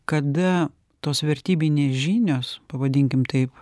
kada tos vertybinės žinios pavadinkim taip